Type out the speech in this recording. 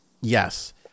Yes